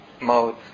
mode